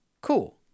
cool